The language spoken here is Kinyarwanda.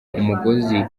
umugozi